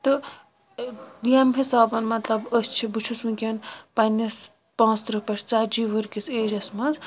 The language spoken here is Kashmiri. تہٕ ییٚمہِ حسابہٕ مطلب أسۍ چھِ بہٕ چھُس ونکیٚن پَننِس پانژھ ترٕہ پٮ۪ٹھ ژتجی وہر کِس ایجس منٛز